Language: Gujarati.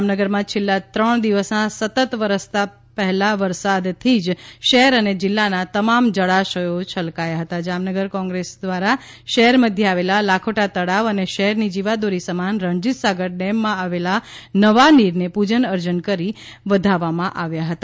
જામનગરમાં છેલ્લા ત્રણ દિવસના સતત વરસતા પહેલા વરસાદથી જ શહેર અને જિલ્લાના તમામ જળાશયો છલકાય ગયા છે ત્યારે જામનગર કોંગ્રેસ દ્વારા શહેર મધ્યે આવેલા લખોટા તળાવ અને શહેર ની જીવાદોરી સમાન રણજીત સાગર ડેમમાં આવેલા નવાનીર ને પૂજન અર્ચન કરી વધાવવામાં આવ્યા હતા